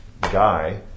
guy